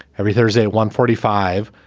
every thursday at one forty five.